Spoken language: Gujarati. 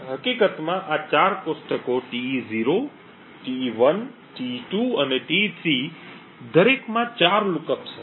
હકીકતમાં આ 4 કોષ્ટકો Te0 Te1 Te2 અને Te3 દરેકમાં 4 લુકઅપ્સ હશે